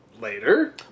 later